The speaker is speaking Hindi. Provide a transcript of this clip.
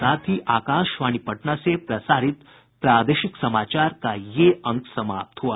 इसके साथ ही आकाशवाणी पटना से प्रसारित प्रादेशिक समाचार का ये अंक समाप्त हुआ